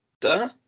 Duh